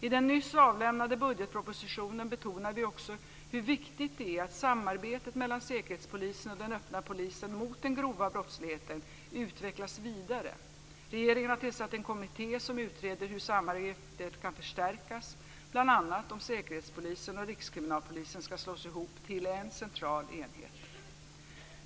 I den nyss avlämnade budgetpropositionen betonar vi också hur viktigt det är att samarbetet mellan Säkerhetspolisen och den öppna polisen mot den grova brottsligheten utvecklas vidare. Regeringen har tillsatt en kommitté som utreder hur samarbetet kan förstärkas, bl.a. om Säkerhetspolisen och Rikskriminalpolisen ska slås ihop till en central enhet.